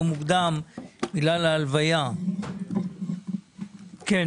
מוקדם בגלל ההלוויה של הרב דרוקמן ז"ל.